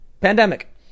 Pandemic